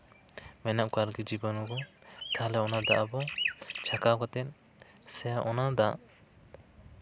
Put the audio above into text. ᱢᱮᱱᱟᱜ ᱠᱚᱣᱟ ᱟᱨᱠᱤ ᱡᱤᱵᱟᱱᱩ ᱠᱚ ᱛᱟᱦᱞᱮ ᱚᱱᱟ ᱫᱚ ᱟᱵᱚ ᱪᱷᱟᱠᱟᱣ ᱠᱛᱮᱜ ᱥᱮ ᱚᱱᱟ ᱫᱟᱜ